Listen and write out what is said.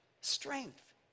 strength